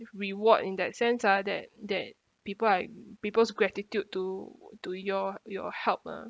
reward in that sense ah that that people like people's gratitude to to your your help ah